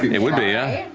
it would be, yeah,